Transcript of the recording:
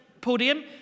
podium